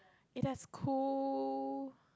it has cool